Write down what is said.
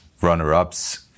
runner-ups